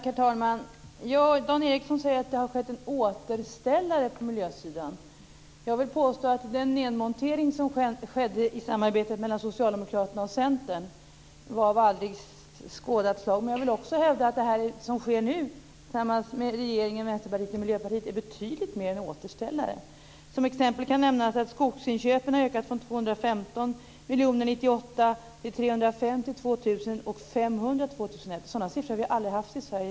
Herr talman! Dan Ericsson säger att det har skett en återställare på miljösidan. Jag vill påstå att den nedmontering som skedde i samarbetet mellan Socialdemokraterna och Centern var av aldrig skådat slag. Men jag vill också hävda att det som sker nu mellan regeringen, Vänsterpartiet och Miljöpartiet är betydligt mer än återställare. Som exempel kan nämnas att skogsinköpen har ökat från 215 miljoner kronor 1998 Sådana siffror har vi aldrig haft i Sverige tidigare.